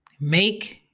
Make